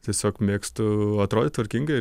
tiesiog mėgstu atrodyt tvarkingai